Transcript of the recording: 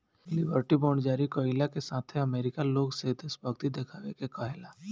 liberty bond जारी कईला के साथे अमेरिका लोग से देशभक्ति देखावे के कहेला